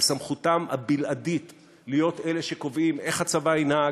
על סמכותם הבלעדית להיות אלה שקובעים איך הצבא ינהג,